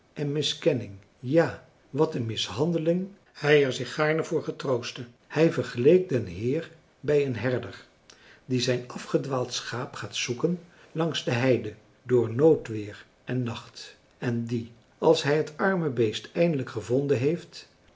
en miskenning ja wat een mishandeling hij er zich gaarne voor getroostte hij vergeleek den heer bij een herder die zijn afgedwaald schaap gaat opzoeken langs de heide door noodweer en nacht en die als hij het arme beest eindelijk gevonden heeft